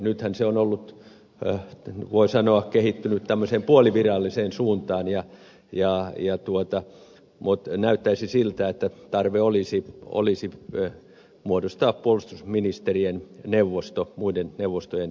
nythän se on voi sanoa kehittynyt tämmöiseen puoliviralliseen suuntaan mutta näyttäisi siltä että tarve olisi muodostaa puolustusministerien neuvosto muiden neuvostojen tapaan